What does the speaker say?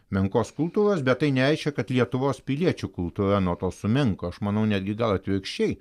menkos kultūros bet tai nereiškia kad lietuvos piliečių kultūra nuo to sumenko aš manau netgi gal atvirkščiai